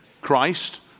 Christ